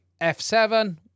F7